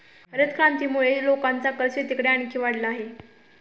हरितक्रांतीमुळे लोकांचा कल शेतीकडे आणखी वाढला आहे